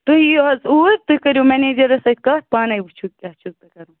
تُہۍ یِیِو حظ اوٗرۍ تُہۍ کٔرِو میٚنیجَرَس سۭتۍ کتھ پانے وُچھِو کیٛاہ چھُو تۄہہِ کَرُن